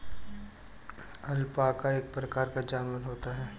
alpaca एक प्रकार का जानवर होता है